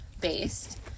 based